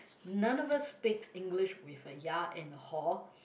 none of us speaks English with a ya and hor